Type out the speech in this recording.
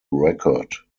record